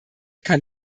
kann